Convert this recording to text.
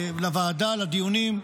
לוועדה, לדיונים,